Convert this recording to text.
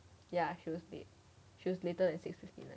ya she was late she was later than six fifty nine